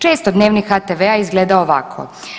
Često Dnevnik HTV-a izgleda ovako.